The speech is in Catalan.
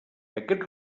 aquest